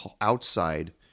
outside